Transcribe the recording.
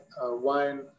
wine